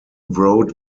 wrote